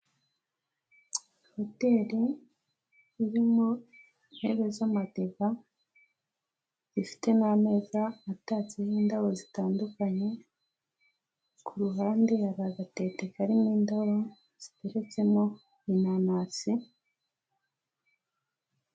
Hoteri irimo ntebe z'amadiva, zifite n'ameza atatseho indabo zitandukanye, ku ruhande hari agatete karimo indabo ziteretsemo inanasi.